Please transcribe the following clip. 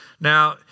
Now